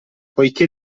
poiché